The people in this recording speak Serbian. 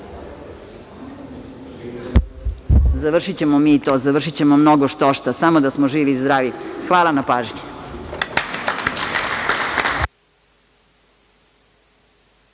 deca. Završićemo mi i to, završićemo mnogo što-šta samo da smo živi i zdravi. Hvala na pažnji.